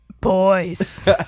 boys